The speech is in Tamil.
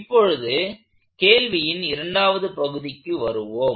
இப்பொழுது கேள்வியின் இரண்டாவது பகுதிக்கு வருவோம்